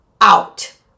out